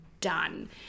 done